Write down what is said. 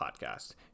podcast